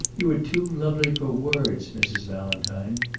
you are too lovely for words, mrs. valentine.